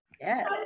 Yes